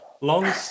long